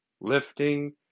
lifting